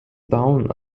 down